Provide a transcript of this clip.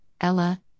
Ella